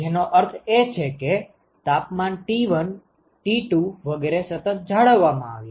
જેનો અર્થ એ કે તાપમાન ટી 1 ટી 2 વગેરે સતત જાળવવામાં આવે છે